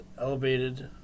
elevated